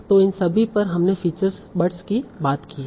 तो इन सभी पर हमने फीचर्स बट्स की बात की है